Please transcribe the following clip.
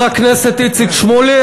חבר הכנסת איציק שמולי,